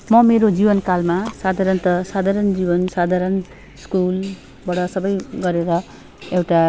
म मेरो जीवनकालमा साधारणतया साधारण जीवन साधारण स्कुलबाट सबै गरेर एउटा